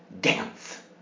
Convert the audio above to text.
dance